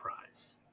prize